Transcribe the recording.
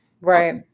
Right